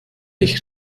ich